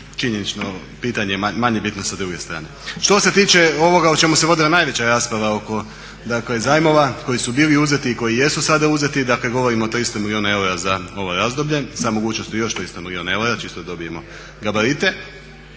činjenično pitanje manje bitno sa druge strane. Što se tiče ovoga o čemu se vodila najveća rasprava oko, dakle zajmova koji su bili uzeti i koji jesu sada uzeti. Dakle, govorim o 300 milijuna eura za ovo razdoblje sa mogućnosti još 300 milijuna eura čisto da dobijemo gabarite.